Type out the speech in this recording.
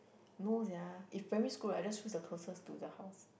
no sia if primary school right I just choose the closest to the house